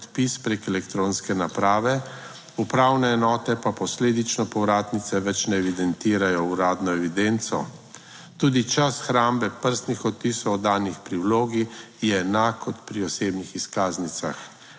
prek elektronske naprave. Upravne enote pa posledično povratnice več ne evidentirajo v uradno evidenco. Tudi čas hrambe prstnih odtisov, oddanih pri vlogi, je enak kot pri osebnih izkaznicah.